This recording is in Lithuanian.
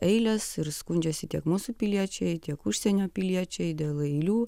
eiles ir skundžiasi tiek mūsų piliečiai tiek užsienio piliečiai dėl eilių